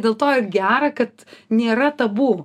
dėl to gera kad nėra tabu